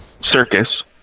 circus